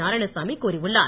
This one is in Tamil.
நாராயணசாமி கூறியுள்ளார்